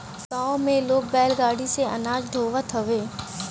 गांव में लोग बैलगाड़ी से अनाज के ढोअत हवे